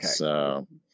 Okay